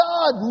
God